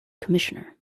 commissioner